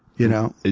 you know?